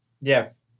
yes